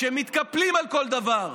שמתקפלים על כל דבר: